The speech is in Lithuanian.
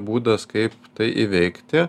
būdas kaip tai įveikti